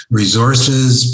resources